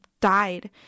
died